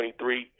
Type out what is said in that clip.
23